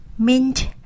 mint